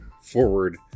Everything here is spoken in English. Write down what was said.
forward